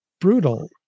brutal